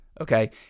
okay